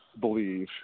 believe